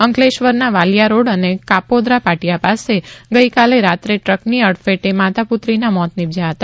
અંકલેશ્વરના વાલિયા રોડ અને કાપોદ્રા પાટીયા પાસે ગઇ રાત્રે દ્રકની હડફેટે માતા પુત્રીના મોત નિપજ્યાં છે